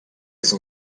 son